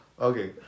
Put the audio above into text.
okay